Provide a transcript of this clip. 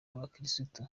abakirisitu